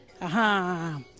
Aha